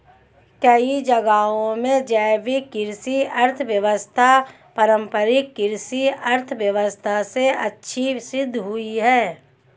कई जगहों में जैविक कृषि अर्थव्यवस्था पारम्परिक कृषि अर्थव्यवस्था से अच्छी सिद्ध हुई है